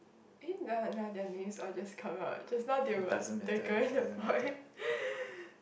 eh no no the things all just come out just now they were the girl and the boy